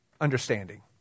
understanding